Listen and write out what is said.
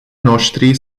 noștri